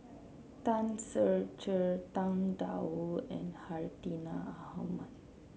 Tan Ser Cher Tang Da Wu and Hartinah Ahmad